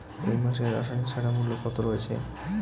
এই মাসে রাসায়নিক সারের মূল্য কত রয়েছে?